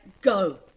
Go